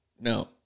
No